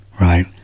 right